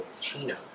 Chino